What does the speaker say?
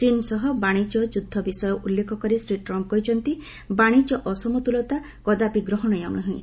ଚୀନ୍ ସହ ବାଣିଜ୍ୟ ଯୁଦ୍ଧ ବିଷୟ ଉଲ୍ଲେଖ କରି ଶ୍ରୀ ଟ୍ରମ୍ପ୍ କହିଛନ୍ତି ବାଣିଜ୍ୟ ଅସମତୁଲତା କଦାପି ଗ୍ରହଣୀୟ ନୁହଁ